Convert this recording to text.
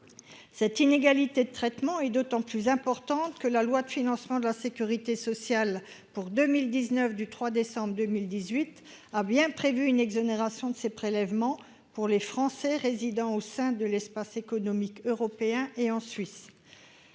Cette inégalité de traitement est d'autant plus importante que la loi du 3 décembre 2018 de financement de la sécurité sociale pour 2019 a bien prévu une exonération de ces prélèvements pour les Français résidents au sein de l'Espace économique européen et en Suisse.